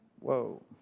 Whoa